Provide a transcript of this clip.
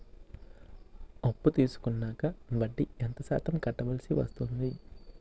అప్పు తీసుకున్నాక వడ్డీ ఎంత శాతం కట్టవల్సి వస్తుంది?